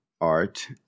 art